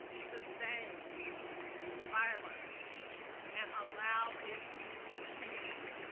sustain violence and allow it to continue,